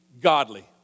godly